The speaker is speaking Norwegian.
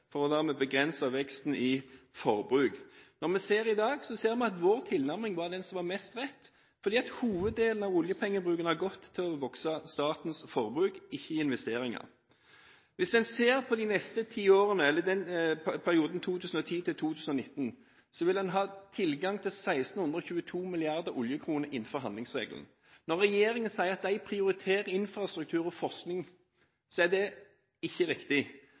for dermed å begrense veksten i forbruk. I dag ser vi at vår tilnærming var den som var mest riktig, for hoveddelen av oljepengebruken har gått til å øke statens forbruk – ikke til investeringer. I perioden 2010–2019 vil en ha tilgang til 1 622 mrd. oljekroner innenfor handlingsregelen. Når regjeringen sier at de prioriterer infrastruktur og forskning, så er ikke det riktig,